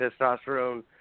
Testosterone